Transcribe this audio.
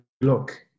look